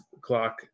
clock